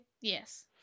yes